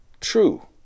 true